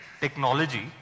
technology